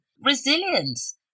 resilience